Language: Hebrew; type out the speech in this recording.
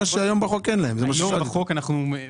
שבחוק אין להם.